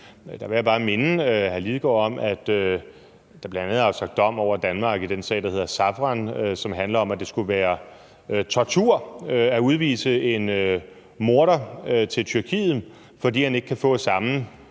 Der vil jeg bare minde hr. Martin Lidegaard om, at der bl.a. er afsagt dom over Danmark i den sag, der hedder Savran, som handler om, at det skulle være tortur at udvise en morder til Tyrkiet, fordi han ikke kan få samme